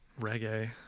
reggae